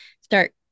start